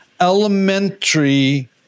elementary